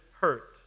hurt